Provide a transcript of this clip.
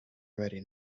already